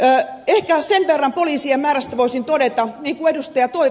ehkä sen verran poliisien määrästä voisin todeta niin kuin ed